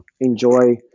enjoy